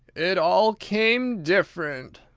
it all came different!